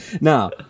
Now